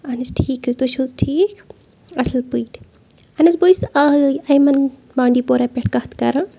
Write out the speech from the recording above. اہن حظ ٹھیٖک حظ تُہۍ چھِو حظ ٹھیٖک اَصٕل پٲٹھۍ اہن حظ بہٕ حظ چھَس آ اَیمَن بانڈی پورہ پٮ۪ٹھ کَتھ کَران